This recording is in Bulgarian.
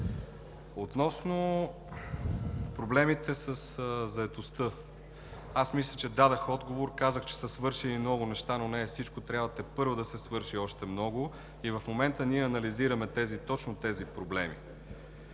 Относно проблемите със заетостта, мисля, че дадох отговор. Казах, че са свършени много неща, но не е всичко. Трябва тепърва да се свърши още много и в момента ние анализираме точно тези проблеми.